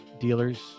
dealers